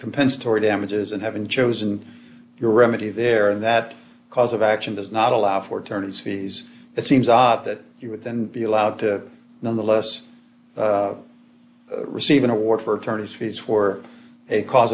compensatory damages and having chosen your remedy there and that cause of action does not allow for turner's fees it seems odd that he would then be allowed to nonetheless receive an award for attorney's fees for a cause